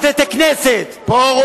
פרוש.